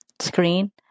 screen